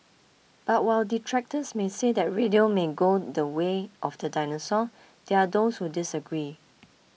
but while detractors may say that radio may go the way of the dinosaur there are those who disagree